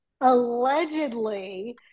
allegedly